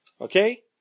Okay